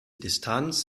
distanz